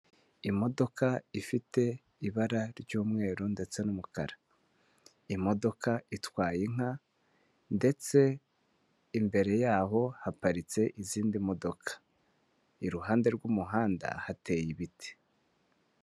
Imodoka ifite ibara ry'umweru ndetse n'umukara imodoka itwaye inka ndetse imbere yaho haparitse izindi modoka iruhande rw'umuhanda hateye ibiti.